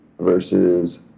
versus